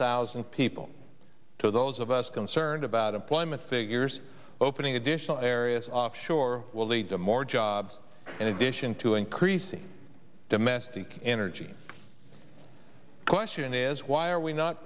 thousand people to those of us concerned about employment figures opening additional areas offshore will lead to more jobs in addition to increasing domestic energy question is why are we not